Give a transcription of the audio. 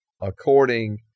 according